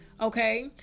Okay